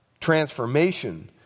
transformation